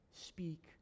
speak